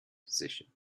position